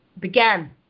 began